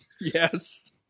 yes